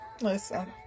listen